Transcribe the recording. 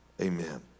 amen